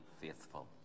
faithful